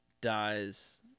dies